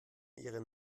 ihre